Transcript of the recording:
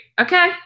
Okay